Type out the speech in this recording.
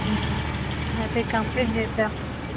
అయితే కంప్లైంట్ చేద్దాం